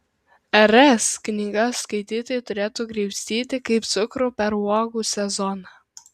r s knygas skaitytojai turėtų graibstyti kaip cukrų per uogų sezoną